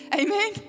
Amen